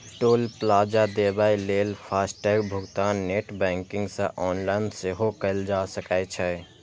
टोल plaza देबय लेल FASTag भुगतान नेट बैंकिंग सं ऑनलाइन सेहो कैल जा सकै छै